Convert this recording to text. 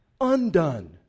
undone